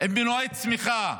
עם מנועי צמיחה,